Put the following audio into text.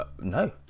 No